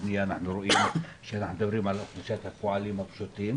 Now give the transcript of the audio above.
הבנייה אנחנו רואים שאנחנו מדברים על אוכלוסיית הפועלים הפשוטים,